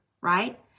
right